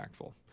impactful